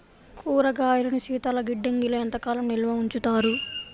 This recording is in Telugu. కూరగాయలను శీతలగిడ్డంగిలో ఎంత కాలం నిల్వ ఉంచుతారు?